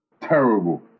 terrible